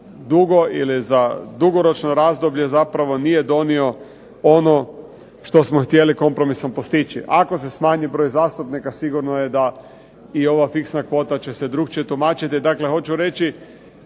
dugo ili za dugoročno razdoblje zapravo nije donio ono što smo htjeli kompromisom postići. Ako se smanji broj zastupnika sigurno je da i ova fiksna kvota će se drukčije tumačiti. Dakle, hoću reći